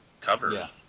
cover